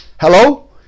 hello